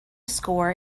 score